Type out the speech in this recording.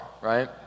right